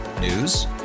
news